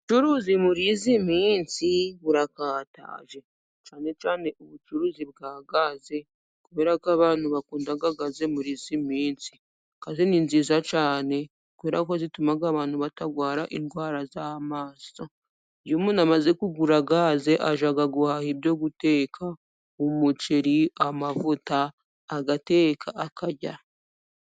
Ubucuruzi muri iyi minsi burakataje. Cyane cyane ubucuruzi bwa gaze, kubera ko abantu bakunda gaze muri iyi minsi. Gaze ni nziza cyane kubera ko zituma abantu batarwara indwara z'amaso. Umuntu umaze kugura gaze ajya guhaha ibyo guteka. Umuceri, amavuta agateka akarya.